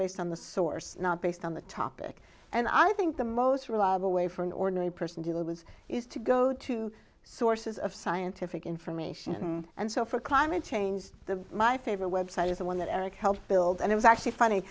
based on the source not based on the topic and i think the most reliable way for an ordinary person do it was is to go to sources of scientific information and so for climate change the my favorite web site is the one that eric helped build and it was actually funny